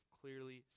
clearly